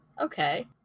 Okay